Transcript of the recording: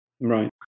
Right